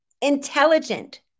intelligent